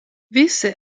visse